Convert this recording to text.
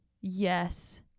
yes